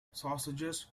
sausages